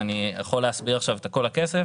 ואני יכול להסביר עכשיו את כל הכסף,